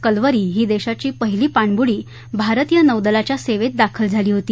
कलवरी ही देशाची पहिली पाणबुडी भारतीय नौदलाच्या सेवेत दाखल झाली होती